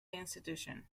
institution